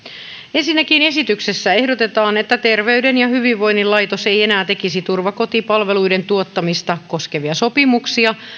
ensinnäkin esityksessä ehdotetaan että terveyden ja hyvinvoinnin laitos ei enää tekisi turvakotipalveluiden tuottamista koskevia sopimuksia